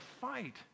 fight